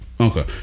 Okay